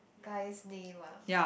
guys name ah